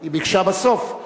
היא ביקשה בסוף,